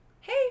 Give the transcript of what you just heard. Hey